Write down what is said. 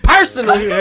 Personally